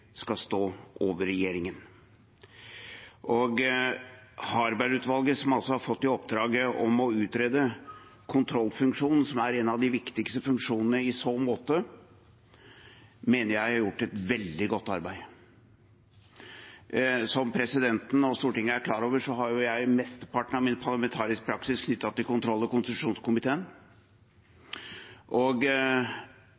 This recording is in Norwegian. skal stå over regjeringen. Harberg-utvalget, som har fått i oppdrag å utrede kontrollfunksjonen, som er en av de viktigste funksjonene, mener jeg har gjort et veldig godt arbeid. Som presidenten og Stortinget er klar over, har jeg mesteparten av min parlamentariske praksis knyttet til kontroll- og